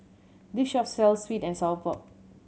this shop sells sweet and sour pork